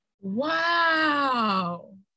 Wow